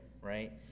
right